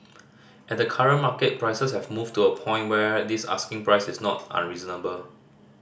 at the current market prices have moved to a point where this asking price is not unreasonable